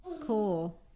cool